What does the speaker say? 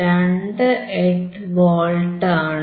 28 volt ആണ്